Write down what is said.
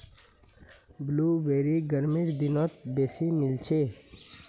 blueberry गर्मीर दिनत बेसी मिलछेक